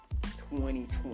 2020